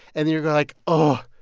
and then you're like, oh,